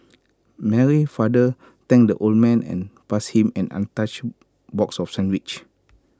Mary's father thanked the old man and passed him an untouched box of sandwiches